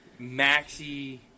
Maxi